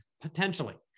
potentially